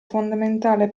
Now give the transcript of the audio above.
fondamentale